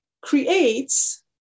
creates